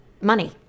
money